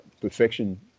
perfection